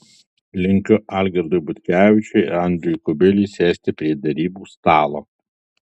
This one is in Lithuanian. linkiu algirdui butkevičiui ir andriui kubiliui sėsti prie derybų stalo